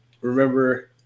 Remember